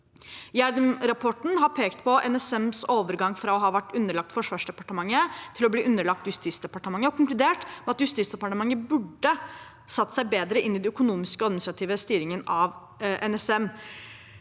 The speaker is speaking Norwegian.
Gjedrem-rapporten har pekt på NSMs overgang fra å ha vært underlagt Forsvarsdepartementet til å bli underlagt Justisdepartementet og konkludert med at Justisdepartementet burde satt seg bedre inn i den økonomiske og administrative styringen av NSM.